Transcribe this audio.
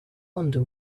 wonder